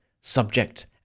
subject